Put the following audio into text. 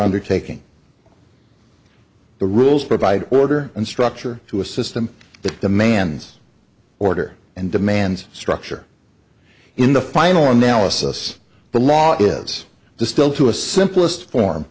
undertaking the rules provide order and structure to a system that demands order and demands structure in the final analysis the law is the still to a simplest form